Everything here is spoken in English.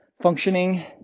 functioning